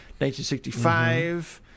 1965